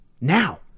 Now